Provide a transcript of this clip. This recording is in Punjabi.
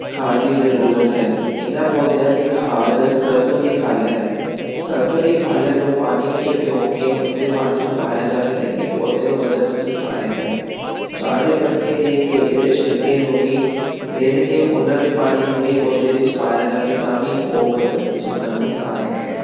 ਖਾਦ ਦੀ ਜ਼ਰੂਰਤ ਹੈ ਇਹਨਾਂ ਪੌਦਿਆਂ ਦੀ ਖਾਦ ਸਰਸੋਂ ਦੀ ਖੱਲ ਹੈ ਸਰਸੋਂ ਦੀ ਖੱਲ ਨੂੰ ਪਾਣੀ ਵਿੱਚ ਭਿਓਂ ਕੇ ਉਸਦੇ ਪਾਣੀ ਨੂੰ ਪਾਇਆ ਜਾਵੇ ਤਾਂ ਇਹ ਪੌਦੇ ਨੂੰ ਵਧਣ ਵਿੱਚ ਸਹਾਇਕ ਹੈ ਚਾਹ ਦੇ ਪੱਤੀ ਅਤੇ ਕੇਲੇ ਦੇ ਛਿਲਕੇ ਨੂੰ ਵੀ ਰਿੰਨ ਕੇ ਉਹਨਾਂ ਦੇ ਪਾਣੀ ਨੂੰ ਵੀ ਪੌਦੇ ਵਿੱਚ ਪਾਇਆ ਜਾਵੇ ਤਾਂ ਵੀ ਉਹ ਵਧਣ ਵਿੱਚ ਉਹਨਾਂ ਨੂੰ ਸਹਾਇਕ ਹੈ